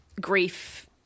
grief